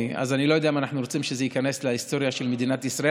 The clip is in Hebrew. אני לא יודע אם אנחנו רוצים שזה ייכנס להיסטוריה של מדינת ישראל.